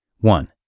One